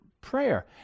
prayer